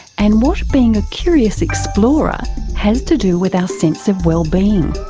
and what being a curious explorer has to do with our sense of wellbeing.